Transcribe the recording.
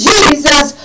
Jesus